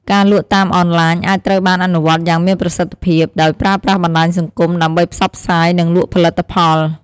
ការលក់តាមអនឡាញអាចត្រូវបានអនុវត្តយ៉ាងមានប្រសិទ្ធភាព ដោយប្រើប្រាស់បណ្ដាញសង្គមដើម្បីផ្សព្វផ្សាយ និងលក់ផលិតផល។